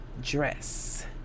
dress